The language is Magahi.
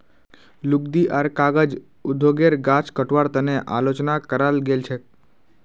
लुगदी आर कागज उद्योगेर गाछ कटवार तने आलोचना कराल गेल छेक